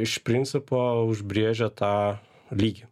iš principo užbrėžia tą lygį